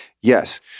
yes